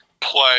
play